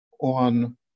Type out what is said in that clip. on